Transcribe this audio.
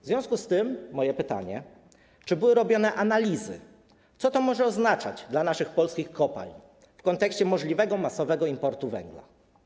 W związku z tym moje pytanie: Czy były robione analizy, co to może oznaczać dla naszych polskich kopalń w kontekście możliwego masowego importu węgla?